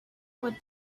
what